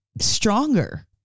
stronger